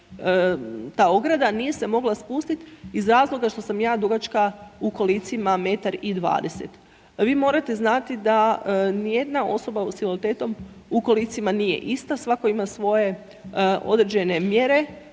ta ograda nije se mogla spustit iz razloga što sam ja dugačka u kolicima 1,20 m. Vi morate znati da nijedna osoba s invaliditetom u kolicima nije ista, svatko ima svoje određene mjere,